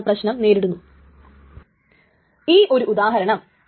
അങ്ങനെ വരുമ്പോൾ ഈ ഒരു ഓപ്പറേഷൻ അനുവദിക്കില്ല